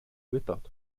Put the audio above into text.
wybod